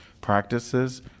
practices